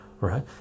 right